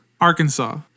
Arkansas